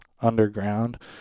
underground